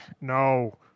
no